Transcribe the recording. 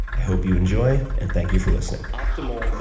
i hope you enjoy and thank you for listening. ah